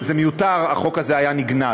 זה מיותר, החוק הזה היה נגנז.